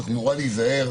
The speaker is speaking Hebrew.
צריך נורא להיזהר,